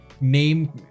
name